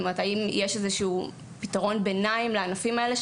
האם יש איזה שהוא פתרון ביניים לענפים האלה,